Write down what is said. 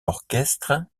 orchestre